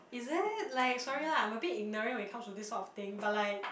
is it like sorry lah I'm a bit ignorant when it comes to this sort of thing but like